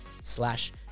slash